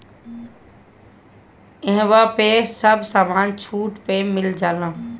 इहवा पे सब समान छुट पे मिल जाला